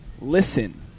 listen